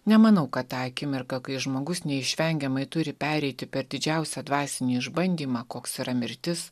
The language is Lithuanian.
nemanau kad tą akimirką kai žmogus neišvengiamai turi pereiti per didžiausią dvasinį išbandymą koks yra mirtis